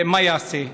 מה יעשה.